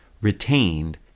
retained